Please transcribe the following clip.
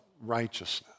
righteousness